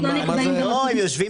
הם יושבים